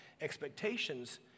expectations